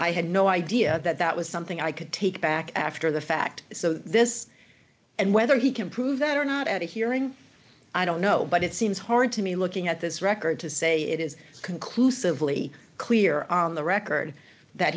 i had no idea that that was something i could take back after the fact so this and whether he can prove that or not at a hearing i don't know but it seems hard to me looking at this record to say it is conclusively clear on the record that